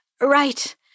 Right